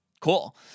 cool